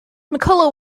mcculloch